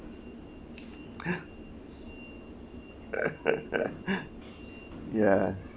ya